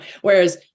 whereas